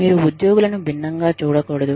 మీరు ఉద్యోగులను భిన్నంగా చూడకూడదు